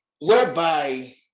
whereby